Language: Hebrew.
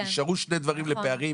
נשארו שני דברים לפערים,